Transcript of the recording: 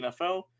NFL